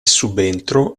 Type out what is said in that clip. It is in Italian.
subentro